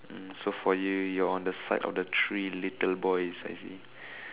um so for you you're on the side of the three little boys I see